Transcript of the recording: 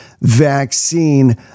vaccine